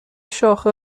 شاخه